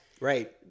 Right